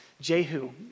Jehu